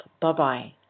Bye-bye